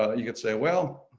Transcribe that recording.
ah you could say, well,